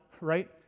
right